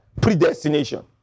Predestination